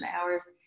hours